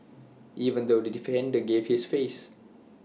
even though the defender gave this face